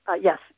Yes